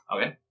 Okay